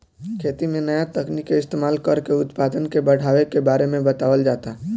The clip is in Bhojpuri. खेती में नया तकनीक के इस्तमाल कर के उत्पदान के बढ़ावे के बारे में बतावल जाता